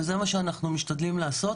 זה מה שאנחנו משתדלים לעשות